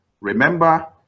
remember